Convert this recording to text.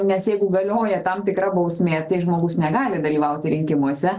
nes jeigu galioja tam tikra bausmė tai žmogus negali dalyvauti rinkimuose